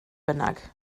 bynnag